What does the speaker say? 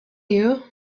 you